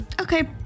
okay